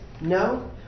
no